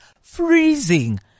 freezing